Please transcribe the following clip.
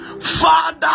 Father